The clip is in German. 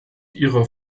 ihrer